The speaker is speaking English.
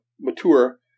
mature